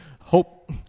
hope